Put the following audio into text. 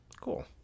Cool